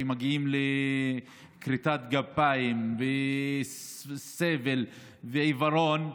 שמגיעים לכריתת גפיים וסבל ועיוורון,